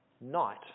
night